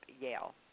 Yale